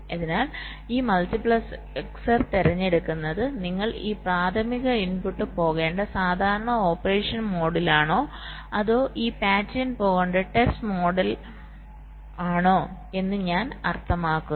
അതിനാൽ ഈ മൾട്ടിപ്ലക്സർ തിരഞ്ഞെടുക്കുന്നത് നിങ്ങൾ ഈ പ്രാഥമിക ഇൻപുട്ട് പോകേണ്ട സാധാരണ ഓപ്പറേഷൻ മോഡിലാണോ അതോ ഈ പാറ്റേൺ പോകേണ്ട ടെസ്റ്റ് മോഡിൽ ആണോ എന്ന് ഞാൻ അർത്ഥമാക്കുന്നത്